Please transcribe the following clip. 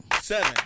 seven